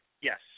yes